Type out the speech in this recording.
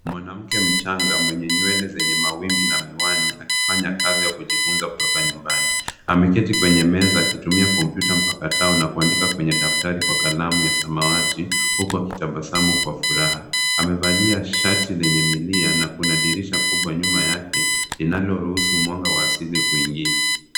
Mwanamke mchanga mwenye nywele zenye mawimbi na miwani akifanya kazi ya kujifunza kutoka nyumbani. Ameketi kwenye meza akitumia kompyuta mpakato na kuandika kwenye daftari na kalamu ya samawati, huku akitabasamu kwa furaha. Amevalia shati lenye milia na kuna dirisha kubwa nyuma yake linaloruhusu mwanga wa asili kuingia.